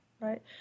Right